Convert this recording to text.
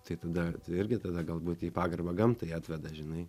tai dar irgi tada galbūt į pagarbą gamtai atveda žinai